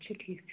اَچھا ٹھیٖک چھُ